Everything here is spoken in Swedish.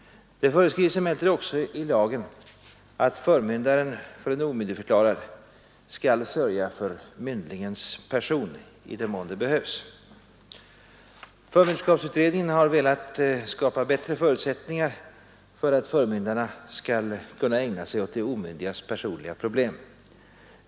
Det föreskrivs emellertid också i lagen att förmyndaren för en omyndigförklarad skall sörja för myndlingens person i den mån det behövs. Förmynderskapsutredningen har velat skapa bättre förutsättningar för att förmyndarna skall kunna ägna sig åt de omyndigas personliga problem.